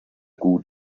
gut